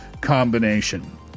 combination